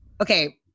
Okay